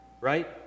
Right